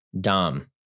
Dom